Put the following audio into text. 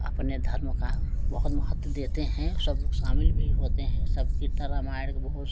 अपने धर्म का बहुत महत्व देते हैं सब लोग शामिल भी होते हैं सब कीर्तन रामायण को बहुत